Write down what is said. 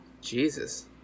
Jesus